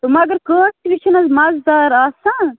تہٕ مگر کٲشرِ چھِ نہ حظ مَزٕ دار آسان